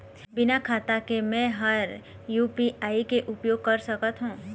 बिना खाता के म हर यू.पी.आई के उपयोग कर सकत हो?